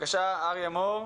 בבקשה, אריה מור.